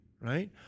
right